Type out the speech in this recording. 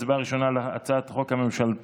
הצבעה ראשונה על הצעת החוק הממשלתית,